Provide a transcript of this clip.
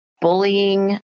bullying